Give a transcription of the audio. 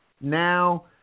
now